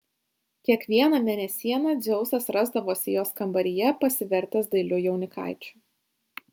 kiekvieną mėnesieną dzeusas rasdavosi jos kambaryje pasivertęs dailiu jaunikaičiu